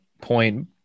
point